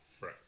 Right